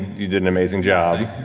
you did an amazing job.